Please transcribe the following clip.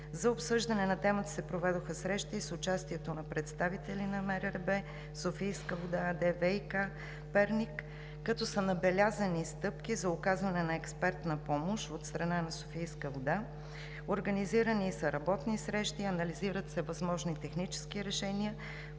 За обсъждане на темата се проведоха срещи с участието на представители на МРРБ, „Софийска вода“, ВиК ООД – Перник, като са набелязани стъпки за оказване на експертна помощ от страна на „Софийска вода“ – организирани са работни срещи, анализират се възможни технически решения,